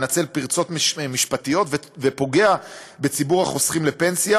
מנצל פרצות משפטיות ופוגע בציבור החוסכים לפנסיה,